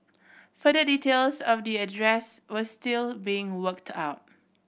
further details of the address were still being worked out